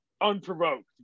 unprovoked